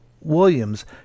Williams